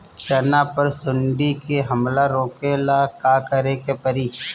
चना पर सुंडी के हमला रोके ला का करे के परी?